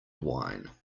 wine